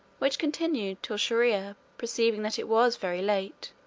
which continued till shier-ear, perceiving that it was very late,